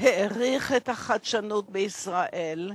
העריך את החדשנות בישראל,